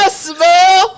smell